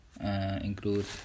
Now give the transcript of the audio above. include